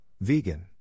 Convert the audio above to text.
vegan